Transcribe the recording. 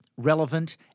relevant